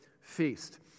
feast